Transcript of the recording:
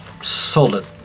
solid